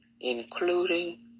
Including